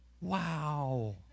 wow